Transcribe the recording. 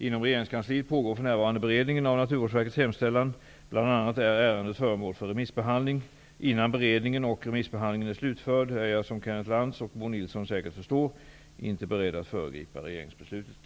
Inom regeringskansliet pågår för närvarande beredningen av Naturvårdsverkets hemställan, bl.a. är ärendet föremål för remissbehandling. Innan beredningen och remissbehandlingen är slutförd är jag, som Kenneth Lantz och Bo Nilsson säkert förstår, inte beredd att föregripa regeringsbeslutet.